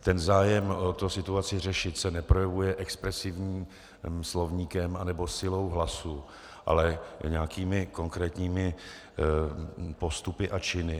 Ten zájem o to situaci řešit se neprojevuje expresivním slovníkem nebo silou hlasu, ale nějakými konkrétními postupy a činy.